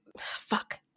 fuck